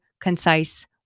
concise